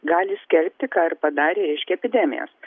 gali skelbti ką ir padarė reiškia epidemijas